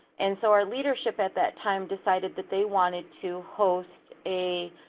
and so our leadership at that time decided that they wanted to host a,